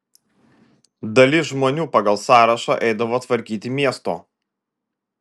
dalis žmonių pagal sąrašą eidavo tvarkyti miesto